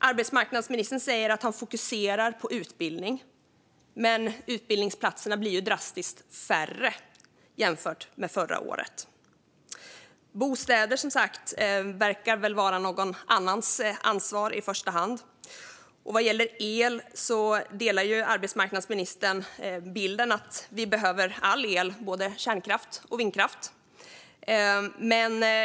Arbetsmarknadsministern säger att han fokuserar på utbildning, men utbildningsplatserna blir drastiskt färre än förra året. Bostäder verkar i första hand vara någon annans ansvar. Vad gäller el håller arbetsmarknadsministern med om att vi behöver all el - både kärnkraft och vindkraft.